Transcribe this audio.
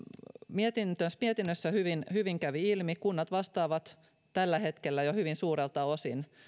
mietinnössä hyvin hyvin kävi ilmi kunnat vastaavat tällä hetkellä jo hyvin suurelta osin